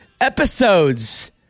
episodes